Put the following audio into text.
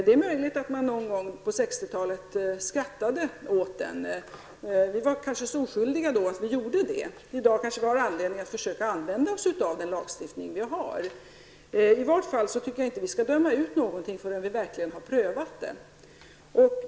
Det är möjligt att man någon gång på 60-talet skrattade åt den. Vi var kanske så oskyldiga då att vi gjorde detta. I dag kanske vi har anledning att försöka använda oss av den lagstiftning vi har. I vart fall tycker jag inte att vi skall döma ut någonting förrän vi verkligen har prövat det.